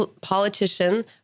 politician